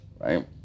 right